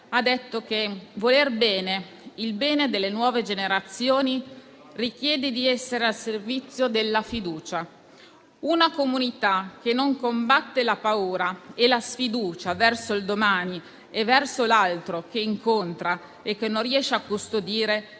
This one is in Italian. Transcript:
ha detto che volere il bene delle nuove generazioni richiede di essere al servizio della fiducia. Una comunità che non combatte la paura e la sfiducia verso il domani e verso l'altro che incontra e che non riesce a custodire